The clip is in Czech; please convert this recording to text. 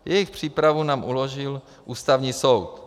Jejich přípravu nám uložil Ústavní soud.